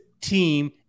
team